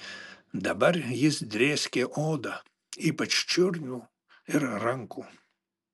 dabar jis drėskė odą ypač čiurnų ir rankų